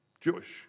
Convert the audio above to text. Jewish